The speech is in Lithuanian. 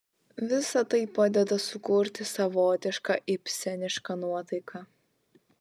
visa tai padeda sukurti savotišką ibsenišką nuotaiką